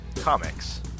Comics